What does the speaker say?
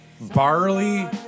barley